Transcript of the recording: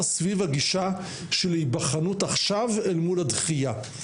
סביב הגישה של היבחנות עכשיו אל מול הדחייה.